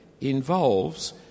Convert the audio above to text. involves